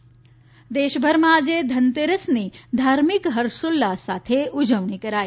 ધનતેરસ દેશભરમાં આજે ધનતેરસની ધાર્મિક હર્ષોલ્લાસ સાથે ઉજવણી કરાઇ